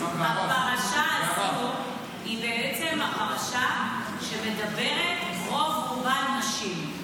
הפרשה הזו היא פרשה שמדברת רוב רובה על נשים.